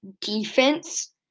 defense